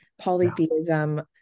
Polytheism